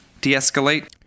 de-escalate